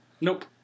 Nope